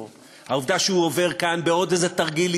העובדה שהוא עובר כאן בעוד איזה תרגיל,